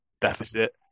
deficit